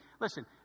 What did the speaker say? Listen